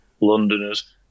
Londoners